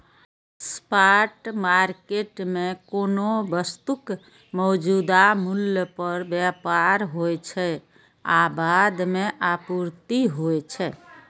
spot market मे कोनो वस्तुक मौजूदा मूल्य पर व्यापार होइ छै आ बाद मे आपूर्ति होइ छै